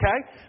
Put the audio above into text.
Okay